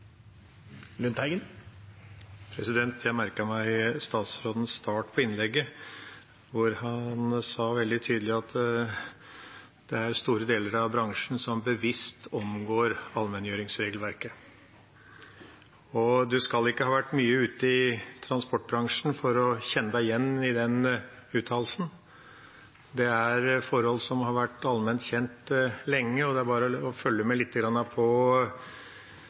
store deler av bransjen som bevisst omgår allmenngjøringsregelverket. En skal ikke ha vært mye ute i transportbransjen for å kjenne seg igjen i den uttalelsen. Det er forhold som har vært allment kjent lenge; det er bare å følge litt med på